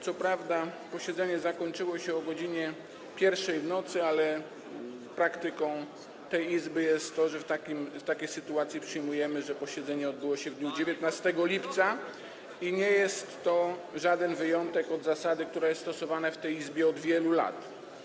Co prawda posiedzenie zakończyło się o godz. 1 w nocy, ale praktyką tej Izby jest to, że w takiej sytuacji przyjmujemy, że posiedzenie odbyło się w dniu 19 lipca, i nie jest to żaden wyjątek od zasady, która jest stosowana w tej Izbie od wielu lat.